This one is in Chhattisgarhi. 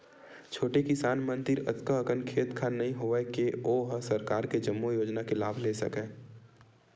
छोटे किसान मन तीर अतका अकन खेत खार नइ होवय के ओ ह सरकार के जम्मो योजना के लाभ ले सकय